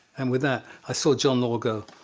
and with that, i saw jon lord go.